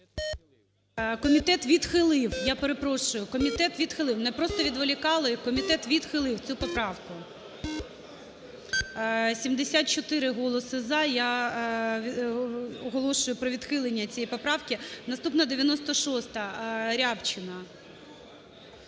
Комітет відхилив. Я перепрошую, комітет відхилив. Мене просто відволікали, комітет відхилив цю поправку. 13:27:27 За-74 74 голоси "за". Я оголошую про відхилення цієї поправки. Наступна – 96-а Рябчина.